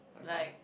like